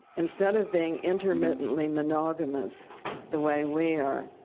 instead of being intermittently monogamous the way we are,